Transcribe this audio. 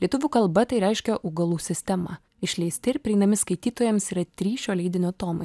lietuvių kalba tai reiškia augalų sistemą išleisti ir prieinami skaitytojams yra trys šio leidinio tomai